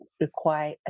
require